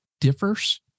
differs